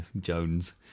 Jones